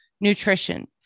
nutrition